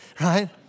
right